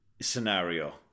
scenario